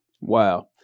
Wow